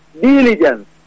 diligence